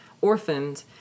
orphaned